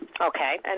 Okay